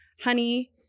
honey